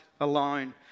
alone